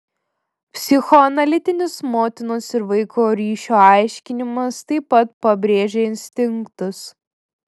psichoanalitinis motinos ir vaiko ryšio aiškinimas taip pat pabrėžia instinktus